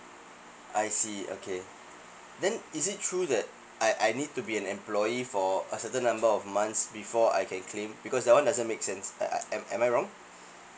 I see okay then is it true that I I need to be an employee for a certain number of months before I can claim because that one doesn't make sense uh uh am I wrong